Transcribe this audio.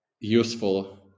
useful